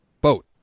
boat